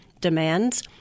demands